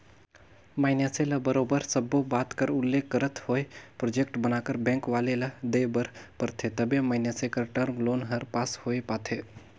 मइनसे ल बरोबर सब्बो बात कर उल्लेख करत होय प्रोजेक्ट बनाकर बेंक वाले ल देय बर परथे तबे मइनसे कर टर्म लोन हर पास होए पाथे